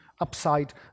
upside